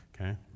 okay